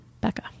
Becca